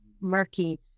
murky